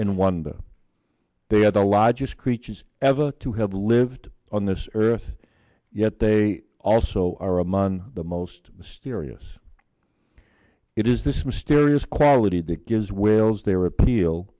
in wonder they are the largest creatures ever to have lived on this earth yet they also are among the most mysterious it is this mysterious quality that gives whales their appeal